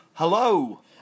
Hello